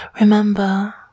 Remember